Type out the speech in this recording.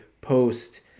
post